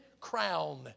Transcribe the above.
crown